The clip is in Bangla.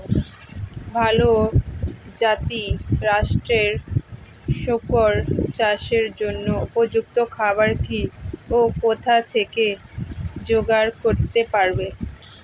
ভালো জাতিরাষ্ট্রের শুকর চাষের জন্য উপযুক্ত খাবার কি ও কোথা থেকে জোগাড় করতে পারব?